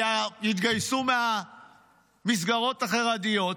כי יתגייסו מהמסגרות החרדיות,